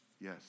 Yes